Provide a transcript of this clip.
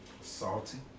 Salty